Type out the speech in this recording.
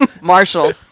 Marshall